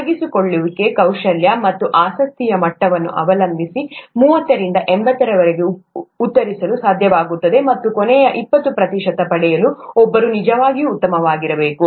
ತೊಡಗಿಸಿಕೊಳ್ಳುವಿಕೆ ಕೌಶಲ್ಯ ಮತ್ತು ಆಸಕ್ತಿಯ ಮಟ್ಟವನ್ನು ಅವಲಂಬಿಸಿ ಮೂವತ್ತರಿಂದ ಎಂಭತ್ತರವರೆಗೆ ಉತ್ತರಿಸಲು ಸಾಧ್ಯವಾಗುತ್ತದೆ ಮತ್ತು ಕೊನೆಯ ಇಪ್ಪತ್ತು ಪ್ರತಿಶತವನ್ನು ಪಡೆಯಲು ಒಬ್ಬರು ನಿಜವಾಗಿಯೂ ಉತ್ತಮವಾಗಿರಬೇಕು